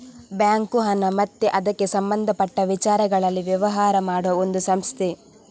bank ಹಣ ಮತ್ತೆ ಅದಕ್ಕೆ ಸಂಬಂಧಪಟ್ಟ ವಿಚಾರಗಳಲ್ಲಿ ವ್ಯವಹಾರ ಮಾಡುವ ಒಂದು ಸಂಸ್ಥೆ